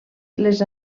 les